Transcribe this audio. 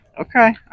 Okay